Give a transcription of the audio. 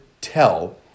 tell